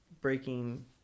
breaking